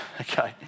Okay